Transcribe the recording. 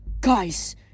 Guys